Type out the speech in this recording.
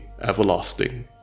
everlasting